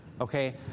okay